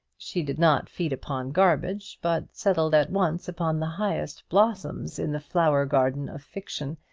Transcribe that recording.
she did not feed upon garbage, but settled at once upon the highest blossoms in the flower-garden of fiction,